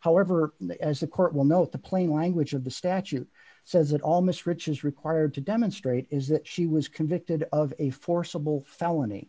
however as the court will note the plain language of the statute says it almost rich is required to demonstrate is that she was convicted of a forcible felony